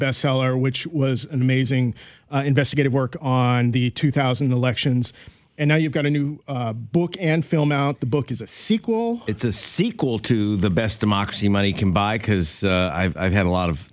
bestseller which was an amazing investigative work on the two thousand elections and now you've got a new book and film out the book is a sequel it's a sequel to the best democracy money can buy because i've had a lot of